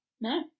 no